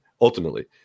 ultimately